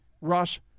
Ross